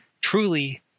truly